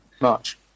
March